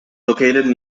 located